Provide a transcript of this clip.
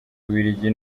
bubiligi